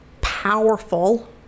powerful